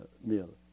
meal